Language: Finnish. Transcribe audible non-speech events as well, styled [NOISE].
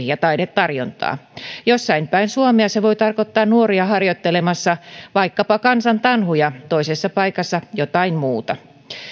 [UNINTELLIGIBLE] ja taidetarjontaa jossain päin suomea se voi tarkoittaa nuoria harjoittelemassa vaikkapa kansantanhuja toisessa paikassa jotain muuta